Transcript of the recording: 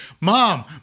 mom